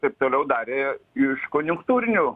taip toliau darė iš konjunktūrinių